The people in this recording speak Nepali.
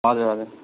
हजुर हजुर